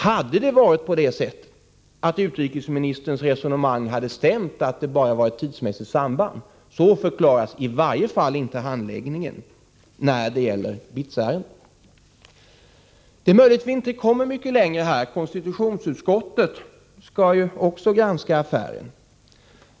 Om det var så, att utrikesministerns resonemang stämde — att det bara var ett tidsmässigt samband — förklaras i varje fall inte handläggningen när det gäller BITS-ärendet. Det är möjligt att vi inte kommer mycket längre här. Men konstitutionsutskottet skall granska affären.